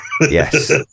Yes